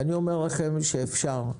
אני אומר לכם שאפשר.